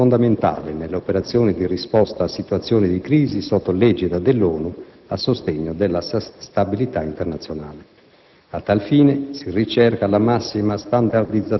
Tali esercitazioni apportano un contributo fondamentale nelle operazioni di risposta a situazioni di crisi sotto l'egida dell'ONU a sostegno della stabilità internazionale.